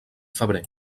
febrer